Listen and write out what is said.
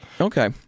okay